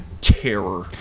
terror